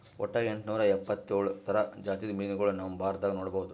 ವಟ್ಟ್ ಎಂಟನೂರಾ ಎಪ್ಪತ್ತೋಳ್ ಥರ ಜಾತಿದ್ ಮೀನ್ಗೊಳ್ ನಮ್ ಭಾರತದಾಗ್ ನೋಡ್ಬಹುದ್